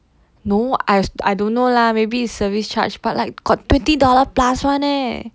no I I don't know lah maybe is service charge but like got twenty dollar plus one leh